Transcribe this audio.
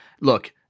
look